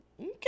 Okay